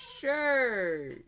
Sure